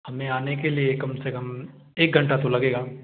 हमें आने के लिए कम से कम एक घंटा तो लगेगा